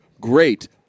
great